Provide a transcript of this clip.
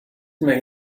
may